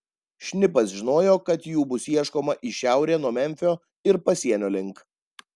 šnipas žinojo kad jų bus ieškoma į šiaurę nuo memfio ir pasienio link